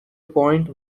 point